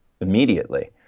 immediately